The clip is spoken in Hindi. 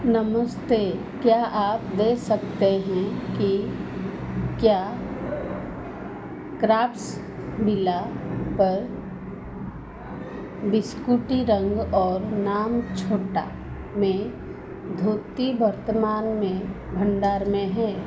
नमस्ते क्या आप देख सकते हैं कि क्या क्राफ्ट्सविला पर बिस्कुटी रंग और नाप छोटा में धोती वर्तमान में भंडार में है